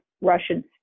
Russian